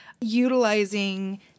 utilizing